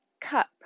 cup